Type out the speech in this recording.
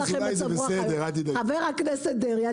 חבר הכנסת דרעי,